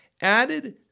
added